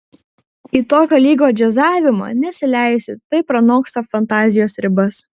į tokio lygio džiazavimą nesileisiu tai pranoksta fantazijos ribas